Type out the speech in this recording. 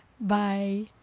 Bye